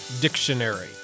Dictionary